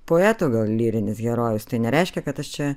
poeto lyrinis herojus tai nereiškia kad aš čia